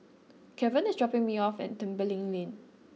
Kevan is dropping me off at Tembeling Lane